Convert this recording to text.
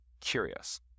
curious